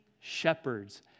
shepherds